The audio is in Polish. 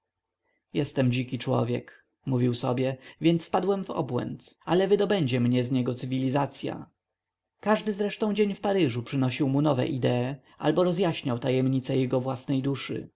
jestem dziki człowiek mówił sobie więc wpadłem w obłęd ale wydobędzie mnie z niego cywilizacya każdy zresztą dzień w paryżu przynosił mu nowe idee albo rozjaśniał tajemnice jego własnej duszy